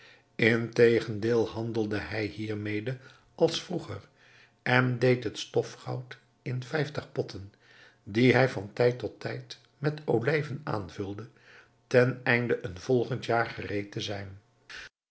integendeel handelde hij hiermede als vroeger en deed het stofgoud in vijftig potten die hij van tijd tot tijd met olijven aanvulde teneinde een volgend jaar gereed te zijn